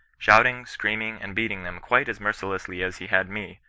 shouting, screaming, and beating them quite as merci lessly as he had me,